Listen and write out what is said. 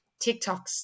tiktoks